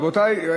רבותי,